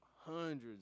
hundreds